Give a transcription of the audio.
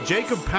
Jacob